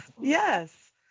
Yes